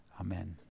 Amen